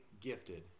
gifted